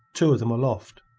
two of them aloft.